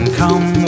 come